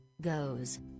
goes